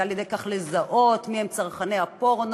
ועל-ידי כך לזהות מי הם צרכני הפורנו.